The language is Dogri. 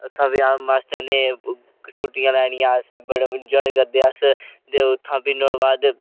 उत्था फिह् अस मस्त इन्ने कसोटियां लैनियां असें बड़ा इन्जाए करदे अस दे उत्थां फ्ही नुआढ़े बाद